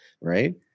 right